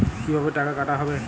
কিভাবে টাকা কাটা হবে?